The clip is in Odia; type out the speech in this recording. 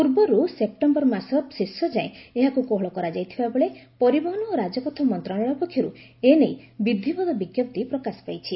ପୂର୍ବରୁ ସେପ୍ଟେମ୍ବର ମାସ ଶେଷଯାଏଁ ଏହାକୁ କୋହଳ କରାଯାଇଥିବାବେଳେ ପରିବହନ ଓ ରାଜପଥ ମନ୍ତ୍ରଣାଳୟ ପକ୍ଷରୁ ଏନେଇ ବିଧିବଦ୍ଧ ବିଞ୍ଜପ୍ତି ପ୍ରକାଶ ପାଇଛି